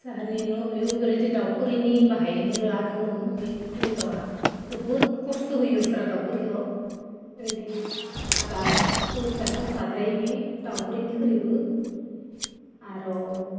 जोंहानि न'आव एरैदो दाउखौनि ओरैनो बाहायोनो लादोंमोन बे कु दाउआ बहुत कस्त' होयो बेस्रा दाउ खुदिखौ रेडि आदार अत्यासार जाद्रायो बे दाउख्रिनिख्रुइबो आरो